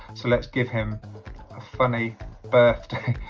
so let's give him a funny birthday,